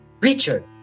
Richard